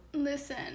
Listen